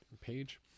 page